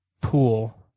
pool